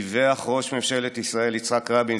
דיווח ראש ממשלת ישראל יצחק רבין,